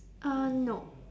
uh no